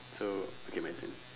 so okay my turn